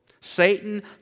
Satan